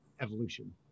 evolution